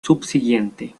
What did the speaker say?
subsiguiente